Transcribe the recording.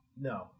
no